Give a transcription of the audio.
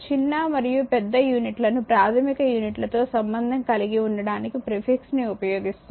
చిన్న మరియు పెద్ద యూనిట్లను ప్రాథమిక యూనిట్లతో సంబంధం కలిగి ఉండటానికి ప్రిఫిక్స్ ని ఉపయోగిస్తుంది